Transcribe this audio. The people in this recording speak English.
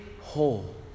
whole